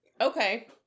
Okay